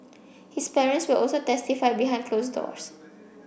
his parents will also testify behind closed doors